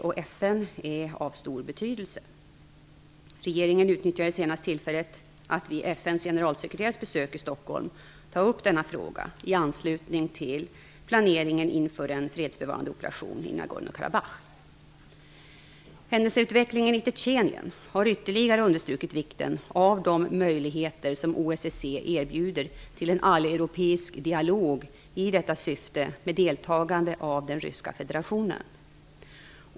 och FN är av stor betydelse. Regeringen utnyttjade senast tillfället att vid FN:s generalsekreterares besök i Stockholm ta upp denna fråga i anslutning till planeringen inför en fredsbevarande operation i Nagorno-Karabach. Händelseutvecklingen i Tjetjenien har ytterligare understrukit vikten av de möjligheter som OSSE erbjuder till en alleuropeisk dialog i detta syfte med deltagande av den ryska federationen.